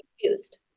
confused